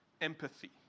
empathy